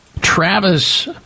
Travis